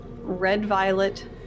red-violet